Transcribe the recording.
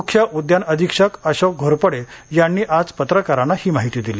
मुख्य उद्यान अधीक्षक अशोक घोरपडे यांनी आज पत्रकारांना ही माहिती दिली